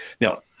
Now